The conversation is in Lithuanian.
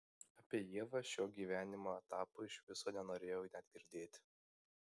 apie ievą šiuo gyvenimo etapu iš viso nenorėjau net girdėti